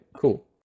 cool